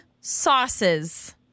sauces